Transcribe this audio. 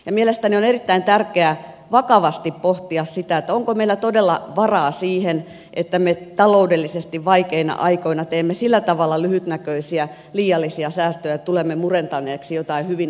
mielestäni on erittäin tärkeää vakavasti pohtia sitä onko meillä todella varaa siihen että me taloudellisesti vaikeina aikoina teemme sillä tavalla lyhytnäköisiä liiallisia säästöjä ja tulemme murentaneeksi jotain hyvin arvokasta